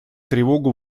тревогу